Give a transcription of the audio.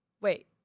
Wait